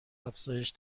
افزایش